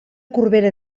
corbera